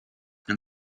and